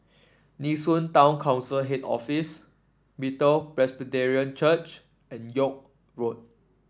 Nee Soon Town Council Head Office Bethel Presbyterian Church and York Road